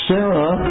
Sarah